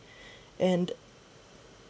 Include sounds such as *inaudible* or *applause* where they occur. *breath* and